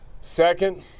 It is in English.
Second